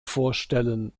vorstellen